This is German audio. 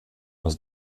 aus